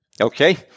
Okay